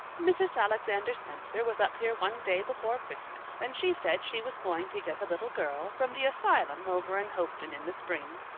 mrs. alexander spencer was up here one day before christmas and she said she was going to get a little girl from the asylum over in hopeton in the spring.